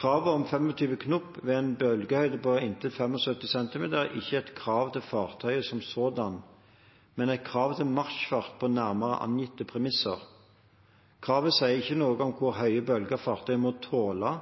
Kravet om 25 knop ved en bølgehøyde på inntil 75 cm er ikke et krav til fartøyet som sådan, men et krav til marsjfart på nærmere angitte premisser. Kravet sier ikke noe om hvor høye bølger fartøyet må tåle